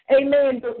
amen